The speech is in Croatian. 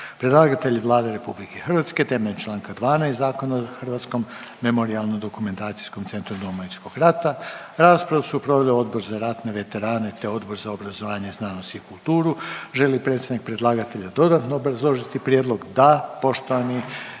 Predlagatelj je Vlada RH temeljem čl. 12. Zakona o Hrvatskom memorijalno-dokumentacijskom centru Domovinskog rata. Raspravu su proveli Odbor za ratne veterane, te Odbor za obrazovanje, znanost i kulturu. Želi li predstavnik predlagatelja dodatno obrazložiti prijedlog? Da. Poštovani